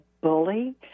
bully